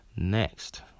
Next